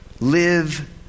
live